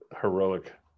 heroic